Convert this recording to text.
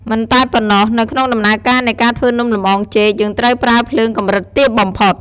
មិនតែប៉ុណ្ណោះ នៅក្នុងដំណើរការនៃការធ្វើនំលម្អងចេក យើងត្រូវប្រើភ្លើងកម្រិតទាបបំផុត។